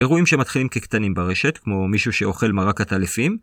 אירועים שמתחילים כקטנים ברשת כמו מישהו שאוכל מרק עטלפים.